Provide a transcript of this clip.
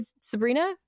Sabrina